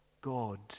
God